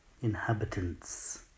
Inhabitants